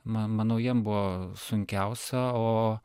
ma manau jiem buvo sunkiausia o